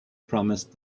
promised